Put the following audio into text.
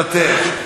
מוותר,